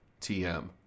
TM